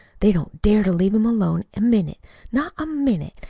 they don't dare to leave him alone a minute not a minute.